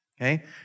Okay